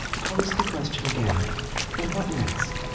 posed the question again and what next?